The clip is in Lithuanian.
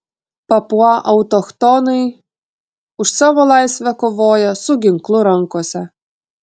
papua autochtonai už savo laisvę kovoja su ginklu rankose